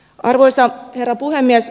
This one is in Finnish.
arvoisa herra puhemies